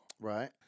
right